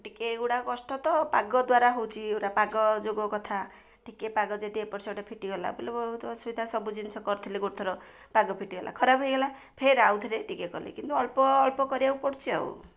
ଟିକେ ଏଗୁଡ଼ା କଷ୍ଟ ତ ପାଗ ଦ୍ୱାରା ହେଉଛି ଏଗୁଡ଼ା ପାଗ ଯୋଗ କଥା ଟିକେ ପାଗ ଯଦି ଏପଟ ସେପଟ ଫିଟିଗଲା ବୋଲେ ବହୁତ ଅସୁବିଧା ସବୁ ଜିନିଷ କରିଥିଲି ଗୋଟେ ଥର ପାଗ ଫିଟିଗଲା ଖରାପ ହେଇଗଲା ଫେର ଆଉ ଥରେ ଟିକେ କଲି କିନ୍ତୁ ଅଳ୍ପ ଅଳ୍ପ କରିବାକୁ ପଡ଼ୁଛି ଆଉ